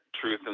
truth